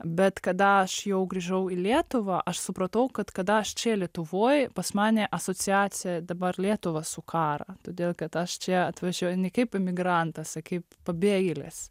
bet kada aš jau grįžau į lietuvą aš supratau kad kada aš čia lietuvoj pas mane asociacija dabar lietuvą su karą todėl kad aš čia atvažiuoju ne kaip imigrantas o kaip pabėgėlis